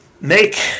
make